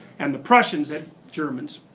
and the prussians and germans,